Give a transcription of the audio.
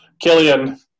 Killian